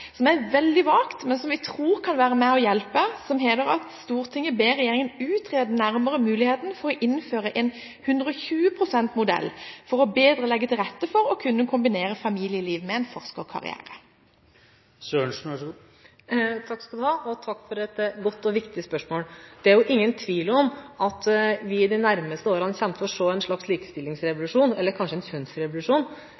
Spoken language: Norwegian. som er veldig vagt, men som vi tror kan være med og hjelpe – som lyder: «Stortinget ber regjeringen utrede nærmere muligheten for å innføre en «120 %-modell» for bedre å legge til rette for å kunne kombinere familieliv med en forskerkarriere.» Takk for et godt og viktig spørsmål. Det er ingen tvil om at vi i løpet av de nærmeste årene kommer til å se en slags